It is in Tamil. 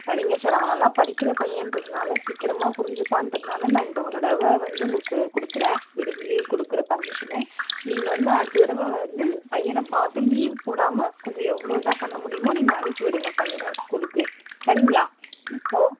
சரிங்க சார் அவன் நல்லா படிக்கிற பையன்றதினால சீக்கிரமா புரிஞ்சுப்பான்றதுனால நான் இந்த ஒரு தடவை வந்து உங்களுக்கு கொடுக்குறேன் லீவ் கொடுக்குறேன் பர்மிஷனு நீங்கள் வந்து அடுத்த தடவை வந்து பையனை பார்த்து லீவ் போடாமல் கொஞ்சம் எவ்வளோ இதாக பண்ண முடியுமோ நீங்கள் அனுப்பிவிடுங்க பையனை ஸ்கூலுக்கு சரிங்களா இப்போது